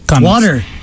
Water